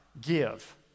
give